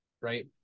right